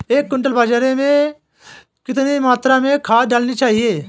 एक क्विंटल बाजरे में कितनी मात्रा में खाद डालनी चाहिए?